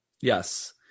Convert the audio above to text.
Yes